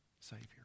Savior